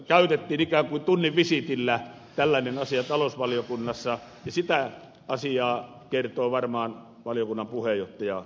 käytettiin ikään kuin tunnin visiitillä tällainen asia talousvaliokunnassa ja sitä asiaa kertoo varmaan valiokunnan puheenjohtaja myöhemmin